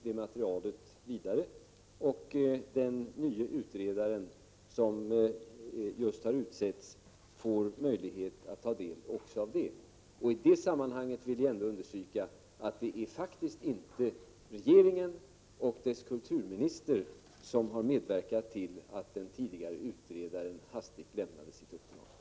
Det materialet lämnar vi vidare, och den nye utredare som just har utsetts får möjlighet att ta del också av detta material. I det sammanhanget vill jag understryka att det faktiskt inte är regeringen och dess kulturminister som har medverkat till att den tidigare utredaren hastigt lämnade sitt uppdrag.